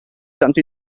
tanto